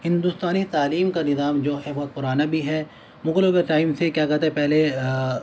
ہندوستانی تعلیم کا نظام جو ہے بہت پرانا بھی ہے مغلوں کے ٹائم سے کیا کہتے پہلے